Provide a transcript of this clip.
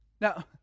Now